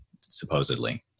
supposedly